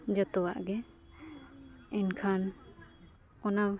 ᱡᱚᱛᱚᱣᱟᱜ ᱜᱮ ᱮᱱᱠᱷᱟᱱ ᱚᱱᱟ